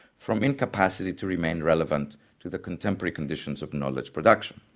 from incapacity to remain relevant to the contemporary conditions of knowledge production.